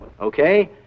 Okay